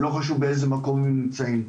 ולא חשוב באיזה מקום הם נמצאים.